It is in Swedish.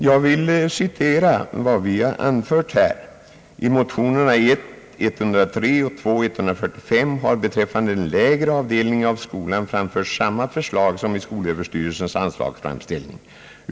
Jag vill citera vad vi anför i reservationen: »I motionerna I:103 och II: 145 har beträffande den lägre avdelningen av skolan framförts samma förslag som i skolöverstyrelsens anslagsframställning.